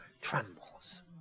trembles